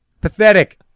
Pathetic